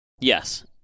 Yes